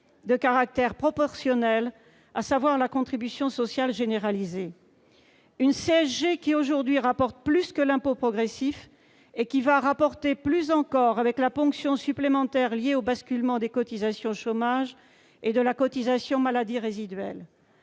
à caractère proportionnel, à savoir la contribution sociale généralisée. La CSG, aujourd'hui, rapporte davantage que l'impôt progressif, et rapportera plus encore avec la ponction supplémentaire liée au basculement des cotisations chômage et de la cotisation maladie résiduelle.